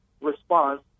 response